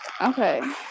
Okay